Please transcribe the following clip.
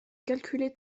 calculer